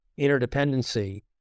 interdependency